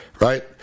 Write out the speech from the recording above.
Right